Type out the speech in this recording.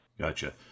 Gotcha